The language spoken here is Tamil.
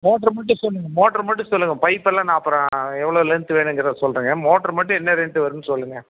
மோட்ரு மட்டும் சொல்லுங்கள் மோட்ரு மட்டும் சொல்லுங்கள் பைப்பெல்லாம் நான் அப்புறம் எவ்வளோ லென்த் வேணுங்கிறத சொல்கிறேங்க மோட்ரு மட்டும் என்ன ரேட்டு வரும்னு சொல்லுங்கள்